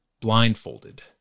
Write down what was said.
blindfolded